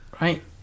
right